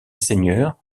seigneur